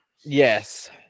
Yes